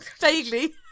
Vaguely